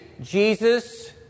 Jesus